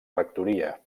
rectoria